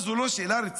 מה, זו לא שאלה רצינית?